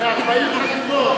ב-40 חתימות.